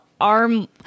arm